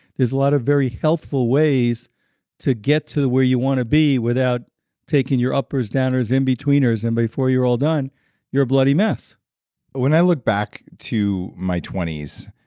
there's a lot of very healthful ways to get to where you want to be without taking your uppers, downers, in betweeners, and before you're all done you're a bloody mess when i look back to my twenty s,